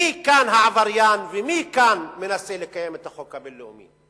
מי כאן העבריין ומי מנסה לקיים את החוק הבין-לאומי?